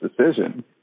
decision